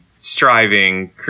striving